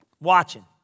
Watching